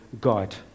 God